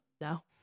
No